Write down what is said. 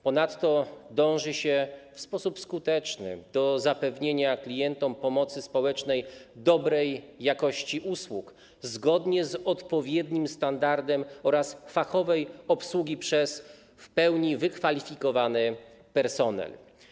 Ponadto dąży się w sposób skuteczny do zapewnienia klientom pomocy społecznej dobrej jakości usług, zgodnie z odpowiednim standardem, oraz fachowej obsługi przez w pełni wykwalifikowany personel.